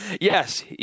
yes